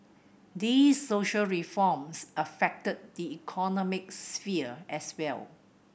these social reforms affected the economic sphere as well